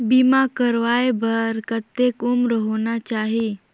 बीमा करवाय बार कतेक उम्र होना चाही?